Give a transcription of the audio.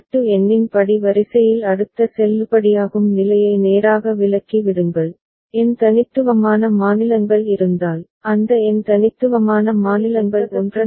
மட்டு எண்ணின் படி வரிசையில் அடுத்த செல்லுபடியாகும் நிலையை நேராக விலக்கி விடுங்கள் n தனித்துவமான மாநிலங்கள் இருந்தால் அந்த n தனித்துவமான மாநிலங்கள் ஒன்றன் பின் ஒன்றாக தோன்றும்